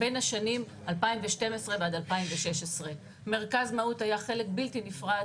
בין השנים 2012 ועד 2016. מרכז מהו"ת היה חלק בלתי נפרד